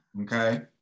okay